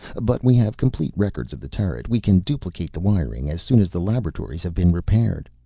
but we have complete records of the turret. we can duplicate the wiring, as soon as the laboratories have been repaired.